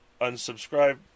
unsubscribe